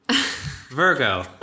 Virgo